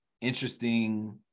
interesting